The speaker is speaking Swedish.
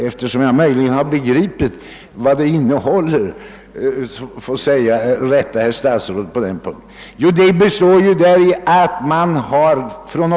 Eftersom jag möjligen har begripit vad det innehåller skall jag be att få rätta herr statsrådet på den punkten.